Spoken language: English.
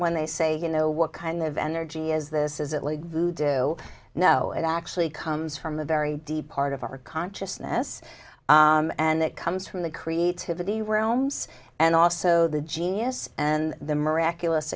when they say you know what kind of energy is this is it like voodoo no it actually comes from a very deep part of our consciousness and that comes from the creativity realms and also the genius and the miraculous